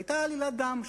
היתה עלילת דם.